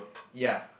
ya